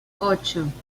ocho